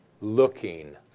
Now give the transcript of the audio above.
looking